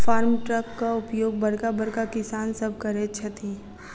farm ट्रकक उपयोग बड़का बड़का किसान सभ करैत छथि